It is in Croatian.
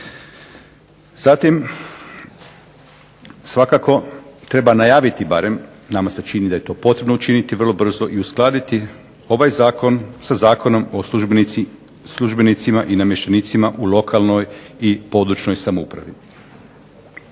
Zatim, svakako treba najaviti barem, nama se čini da je to potrebno učiniti vrlo brzo, i uskladiti ovaj zakon sa Zakonom o službenicima i namještenicima u lokalnoj i područnoj samoupravi.